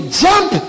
jump